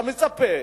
אתה מצפה